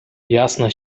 jasne